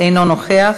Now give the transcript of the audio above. אינו נוכח.